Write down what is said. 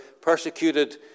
persecuted